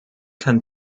kann